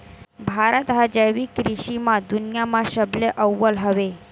भारत हा जैविक कृषि मा दुनिया मा सबले अव्वल हवे